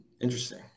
interesting